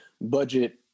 budget